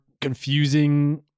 confusing